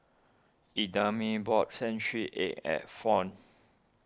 Idamae bought Century Egg at Fount